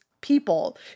people